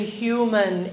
human